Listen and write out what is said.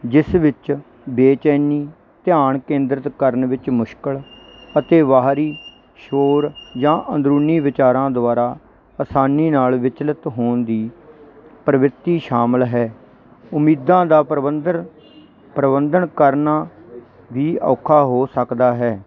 ਜਿਸ ਵਿੱਚ ਬੇਚੈਨੀ ਧਿਆਨ ਕੇਂਦਰਿਤ ਕਰਨ ਵਿੱਚ ਮੁਸ਼ਕਲ ਅਤੇ ਬਾਹਰੀ ਸ਼ੋਰ ਜਾਂ ਅੰਦਰੂਨੀ ਵਿਚਾਰਾਂ ਦੁਆਰਾ ਅਸਾਨੀ ਨਾਲ ਵਿਚਲਿਤ ਹੋਣ ਦੀ ਪ੍ਰਵਿਰਤੀ ਸ਼ਾਮਲ ਹੈ ਉਮੀਦਾਂ ਦਾ ਪ੍ਰਬੰਧਰ ਪ੍ਰਬੰਧਨ ਕਰਨਾ ਵੀ ਔਖਾ ਹੋ ਸਕਦਾ ਹੈ